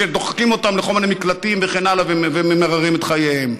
שדוחקים אותן לכל מיני מקלטים וכן הלאה וממררים את חייהן.